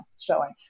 showing